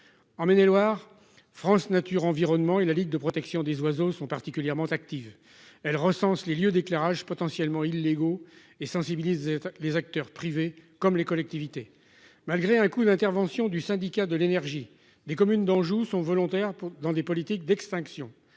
En Maine-et-Loire, France Nature Environnement et la Ligue de protection des oiseaux sont particulièrement active elle recense les lieux d'éclairage potentiellement illégaux et sensibiliser les acteurs privés comme les collectivités, malgré un coup d'intervention du syndicat de l'énergie des communes d'Anjou sont volontaires pour dans des politiques d'extinction